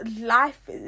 life